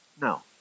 No